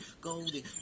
golden